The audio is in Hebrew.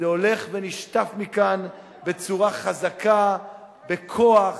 זה הולך ונשטף מכאן בצורה חזקה, בכוח,